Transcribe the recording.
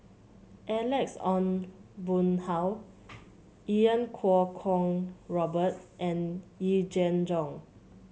Alex Ong Boon Hau Iau Kuo Kwong Robert and Yee Jenn Jong